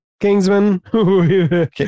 Kingsman